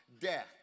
death